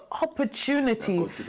opportunity